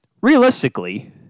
realistically